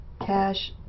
cash